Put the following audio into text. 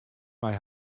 mei